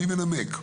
מי מנמק?